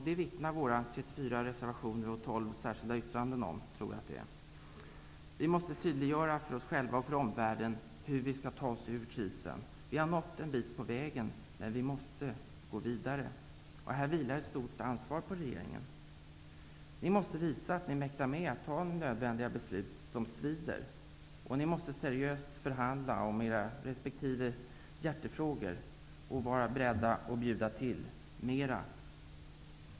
Det vittnar våra 34 reservationer och 13 särskilda yttranden om. Vi måste tydliggöra för oss själva och för omvärlden hur vi skall ta oss ur krisen. Vi har nått en bit på vägen, men vi måste gå vidare. Det vilar ett stort ansvar på regeringen. Ni måste visa att ni mäktar med att fatta nödvändiga beslut, som svider. Ni måste seriöst förhandla om era resp. hjärtefrågor, och ni måste vara beredda att bjuda till mera.